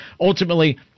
Ultimately